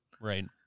right